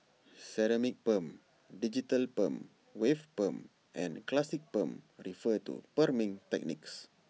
ceramic perm digital perm wave perm and classic perm refer to perming techniques